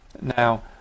now